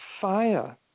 fire